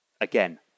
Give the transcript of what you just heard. again